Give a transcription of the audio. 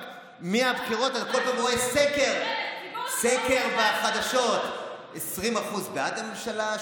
מהבחירות אני רואה כל פעם סקר בחדשות: 20% בעד הממשלה,